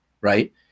right